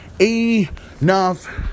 Enough